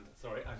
Sorry